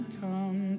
come